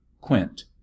quint